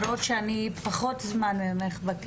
אבל לפחות אני יודע על משרד הבריאות.